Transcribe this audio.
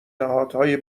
نهادهای